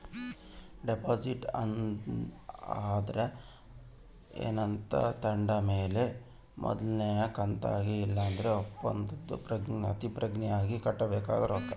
deposit ಅಂದ್ರ ಏನಾನ ತಾಂಡ್ ಮೇಲೆ ಮೊದಲ್ನೇ ಕಂತಾಗಿ ಇಲ್ಲಂದ್ರ ಒಪ್ಪಂದುದ್ ಪ್ರತಿಜ್ಞೆ ಆಗಿ ಕಟ್ಟಬೇಕಾದ ರೊಕ್ಕ